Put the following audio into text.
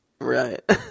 Right